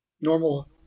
normal